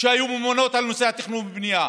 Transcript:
שהיו ממונות על נושא התכנון והבנייה,